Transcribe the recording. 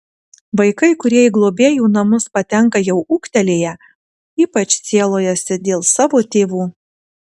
vaikai kurie į globėjų namus patenka jau ūgtelėję ypač sielojasi dėl savo tėvų